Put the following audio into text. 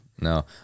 No